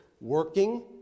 working